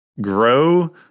grow